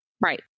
Right